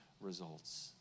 results